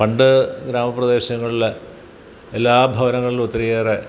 പണ്ട് ഗ്രാമപ്രദേശങ്ങളിലെ എല്ലാ ഭവനങ്ങളിലും ഒത്തിരിയേറെ